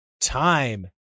time